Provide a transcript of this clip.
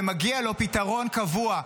ומגיע לו פתרון קבוע.